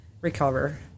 recover